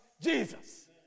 Jesus